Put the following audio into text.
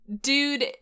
dude